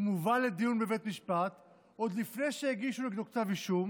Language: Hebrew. הוא מובא לדיון בבית משפט עוד לפני שהגישו נגדו כתב אישום,